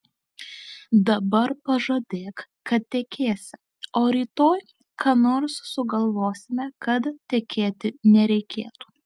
dabar pažadėk kad tekėsi o rytoj ką nors sugalvosime kad tekėti nereikėtų